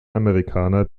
amerikaner